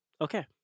Okay